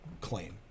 claim